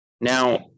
Now